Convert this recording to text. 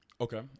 Okay